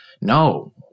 no